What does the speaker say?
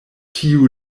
tiu